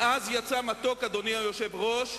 מעז יצא מתוק, אדוני היושב-ראש,